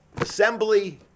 assembly